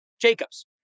Jacobs